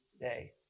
day